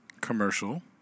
commercial